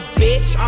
bitch